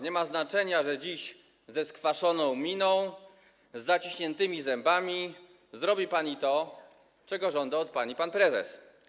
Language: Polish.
Nie ma znaczenia, że dziś ze skwaszoną miną, z zaciśniętymi zębami zrobi pani to, czego żąda od pani pan prezes.